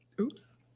Oops